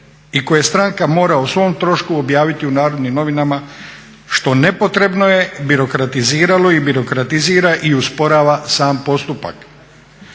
i koju stranka mora o svom trošku objaviti u Narodnim novinama što je nepotrebno je birokratiziralo i birokratizira i usporava sam postupak.